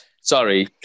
Sorry